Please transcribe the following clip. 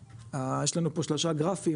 יש לנו פה שלושה גרפים,